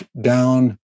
down